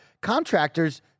contractors